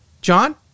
john